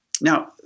Now